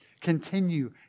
Continue